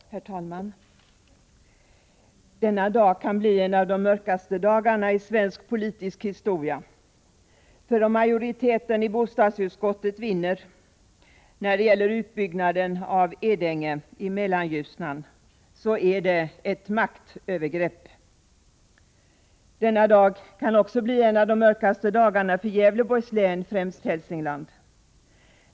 Herr talman! Denna dag kan bli en av de mörkaste i svensk politisk historia, för om majoritetens förslag i utskottet vinner när det gäller utbyggnaden av Edänge i Mellanljusnan är det ett maktövergrepp. Denna dag kan också bli en av de mörkaste för Gävleborgs län, främst Hälsingland.